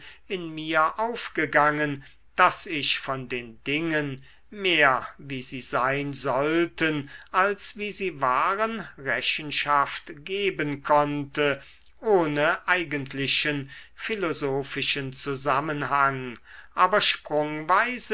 in mir aufgegangen daß ich von den dingen mehr wie sie sein sollten als wie sie waren rechenschaft geben konnte ohne eigentlichen philosophischen zusammenhang aber